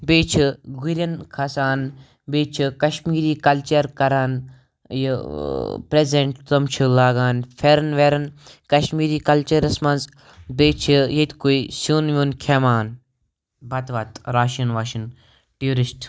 بیٚیہِ چھِ گُرین کھسان بیٚیہِ چھِ کَشمیٖری کَلچر کران یہِ پریزیٚنٹ تِم چھِ لگان پھیرن ویرن کَشمیٖری کَلچرَس منٛز بیٚیہِ چھِ ییٚتہِ کُے سیُن ویُن کھیٚوان بَتہٕ وَتہٕ راشن واشن ٹیوٗرِسٹ